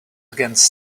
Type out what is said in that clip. against